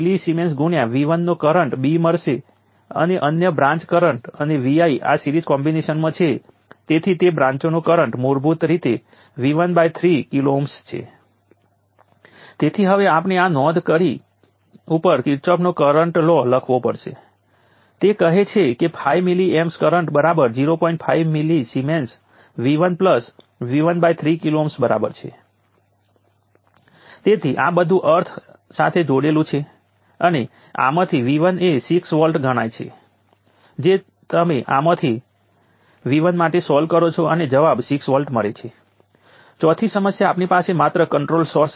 તેથી જો તમારી પાસે 0 વોલ્ટથી શરૂ થતું કેપેસિટર હોય અને તમે તેના વોલ્ટેજને 0 થી બદલીને વોલ્ટેજVCકર્યા હોય તો તેનાથી કોઈ ફરક પડતો નથી કે વેવફોર્મનો ઉપયોગ કેપેસિટરને આપવામાં આવતી કુલ એનર્જી CVc2ધરાવે છે હવે આ તમને કેપેસિટર એનર્જી માટે ફોર્મ્યુલા આપે છે જ્યારે તેના વોલ્ટેજ VCહોય કારણ કે જો કેપેસિટરના વોલ્ટેજVCહોય તો તમે કલ્પના કરી શકો છો કે તે 0 થીVCસુધી લેવામાં આવે છે તે તમે કેવી રીતે લીધું છે તેનાથી કોઈ ફરક પડતો નથી